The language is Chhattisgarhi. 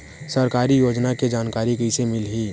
सरकारी योजना के जानकारी कइसे मिलही?